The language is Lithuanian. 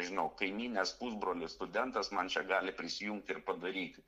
nežinau kaimynės pusbrolis studentas man čia gali prisijungti ir padaryti